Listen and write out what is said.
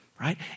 right